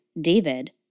David